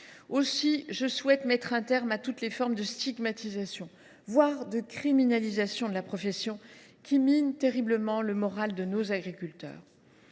Aussi, je souhaite mettre un terme à toutes les formes de stigmatisation, voire de criminalisation, de la profession, qui minent terriblement le moral de nos agriculteurs.